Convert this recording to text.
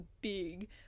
big